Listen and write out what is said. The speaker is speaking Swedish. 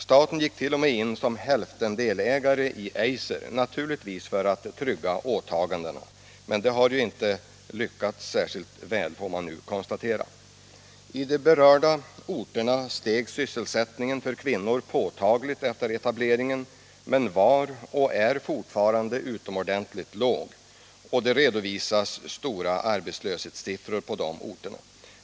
Staten gick t.o.m. in som hälftendelägare i Eiser, naturligtvis för att trygga fullföljandet av åtagandena, men det har ju inte lyckats särskilt väl, får man nu konstatera. I de berörda orterna steg sysselsättningen för kvinnor påtagligt efter etableringen men var och är fortfarande utomordentligt låg. Det redovisas alltjämt stora arbetslöshetssiffror på de orterna.